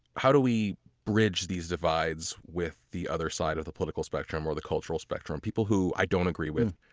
how do we bridge these divides with the other side of the political spectrum or the cultural spectrum? people who i don't agree with,